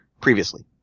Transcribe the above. previously